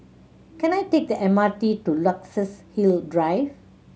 can I take the M R T to Luxus Hill Drive